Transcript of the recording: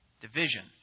division